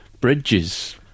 bridges